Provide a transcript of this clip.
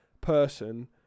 person